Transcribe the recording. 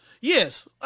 yes